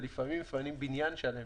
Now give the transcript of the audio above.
לפעמים מפנים בניין שלם